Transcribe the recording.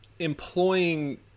employing